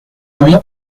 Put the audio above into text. huit